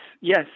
yes